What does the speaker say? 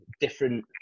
different